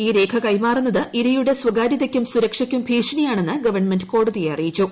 ഈ രേഖ കൈമാറുന്നത് ഇരയുടെ സ്വകാര്യതക്കും സുരക്ഷക്കും ഭീഷണിയാണെന്ന് ഗവൺമെന്റ് കോടതിയെ അറിയിച്ചു